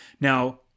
Now